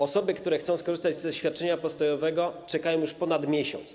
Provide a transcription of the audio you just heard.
Osoby, które chcą skorzystać ze świadczenia postojowego, czekają już ponad miesiąc.